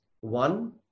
One